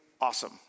awesome